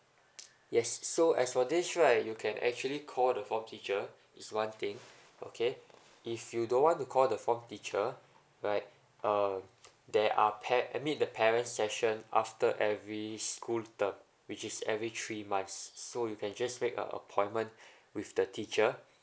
yes so as for this right you can actually call the form teacher is one thing okay if you don't want to call the form teacher right uh there are par~ I meant the parent session after every school term which is every three months so you can just make a appointment with the teacher